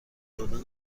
دادن